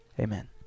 Amen